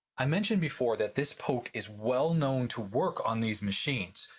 i mentioned before that this poke is well known to work on these machines.